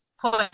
point